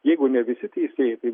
jeigu ne visi teisėjai tai